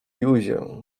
józię